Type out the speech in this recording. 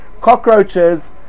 cockroaches